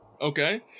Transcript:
okay